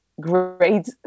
great